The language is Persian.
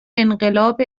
انقلاب